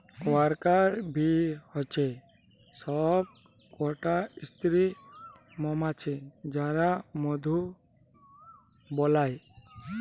worker bee হচ্যে সব কটা স্ত্রী মমাছি যারা মধু বালায়